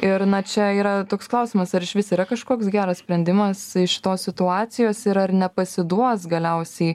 ir na čia yra toks klausimas ar išvis yra kažkoks geras sprendimas iš šitos situacijos ir ar nepasiduos galiausiai